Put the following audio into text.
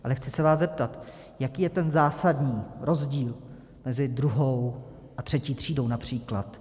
Ale chci se vás zeptat: Jaký je ten zásadní rozdíl mezi druhou a třetí třídou například?